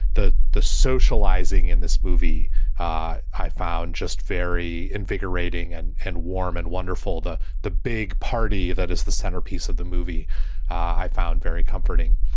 the the socializing in this movie ah i found just very invigorating and and warm and wonderful to the big party. that is the centerpiece of the movie i found very comforting.